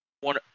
one